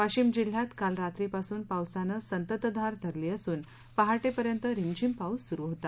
वाशिम जिल्ह्यात काल रात्रीपासून पावसानं संतत धार धरली असून पहाटेपर्यंत रिमझिम पाऊस सुरू होता